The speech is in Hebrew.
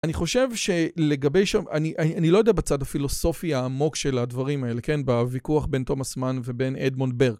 אני חושב שלגבי שם, אני לא יודע בצד הפילוסופי העמוק של הדברים האלה, כן, בוויכוח בין תומאסמן ובין אדמונד ברק.